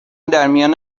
درمیان